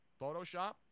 Photoshop